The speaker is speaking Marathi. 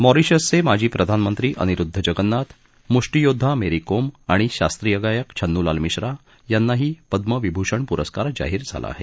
मॉरिशसचे माजी प्रधानमंत्री अनिरुद्ध जगन्नाथ म्ष्टीयोद्धा मेरी कोम आणि शास्त्रीय गायक छन्नूलाल मिश्रा यांनाही पद्मविभूषण प्रस्कार जाहीर झाला आहे